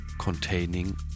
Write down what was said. containing